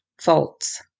faults